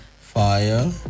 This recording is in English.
Fire